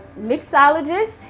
mixologist